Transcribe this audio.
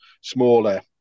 smaller